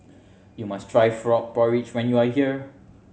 you must try frog porridge when you are here